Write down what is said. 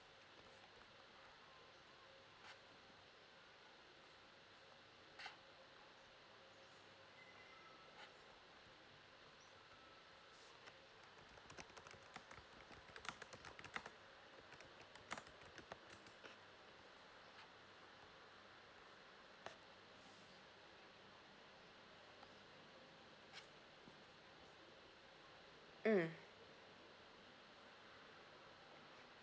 mm